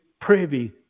privy